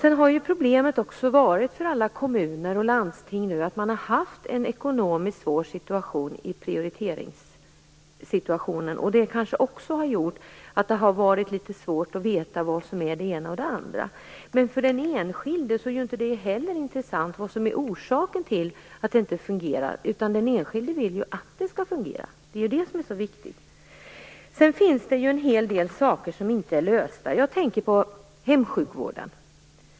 Ett problem för alla kommuner och landsting har varit den i prioriteringssammanhang ekonomiskt svåra situationen. Det har kanske också gjort att det varit litet svårt att veta vad som är det ena eller det andra. Men för den enskilde är inte det intressanta vad som är orsaken till att det inte fungerar, utan den enskilde vill att det fungerar. Det är det som är så viktigt. Sedan finns det en hel del som inte är löst. Jag tänker på hemsjukvården.